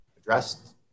addressed